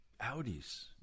Audis